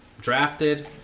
drafted